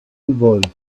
involved